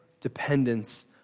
dependence